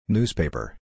Newspaper